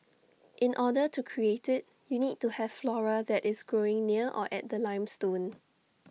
in order to create IT you need to have flora that is growing near or at the limestone